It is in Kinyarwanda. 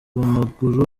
maguru